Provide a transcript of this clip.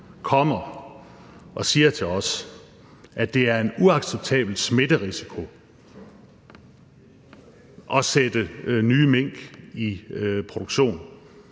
kommer og siger til os, at det er forbundet med en uacceptabel smitterisiko at sætte nye mink i produktion